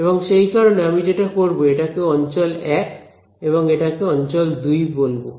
এবং সেই কারণে আমি যেটা করব এটাকে অঞ্চল 1 এবং এটাকে অঞ্চল 2 বলবো